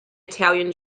italian